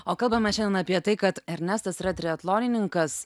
o kalbamės šian apie tai kad ernestas yra triatlonininkas